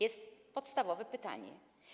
Jest to podstawowe pytanie.